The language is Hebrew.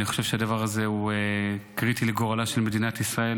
אני חושב שהדבר הזה הוא קריטי לגורלה של מדינת ישראל